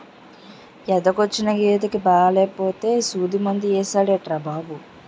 ఎదకొచ్చిన గేదెకి బాలేపోతే సూదిమందు యేసాడు డాట్రు బాబు